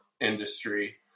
industry